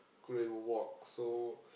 couldn't even walk so